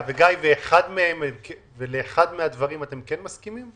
לאחד מהדברים אתם כן מסכימים?